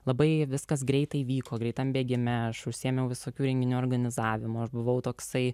labai viskas greitai vyko greitam bėgime aš užsiėmiau visokių renginių organizavimu buvau toksai